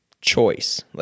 choice